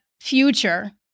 future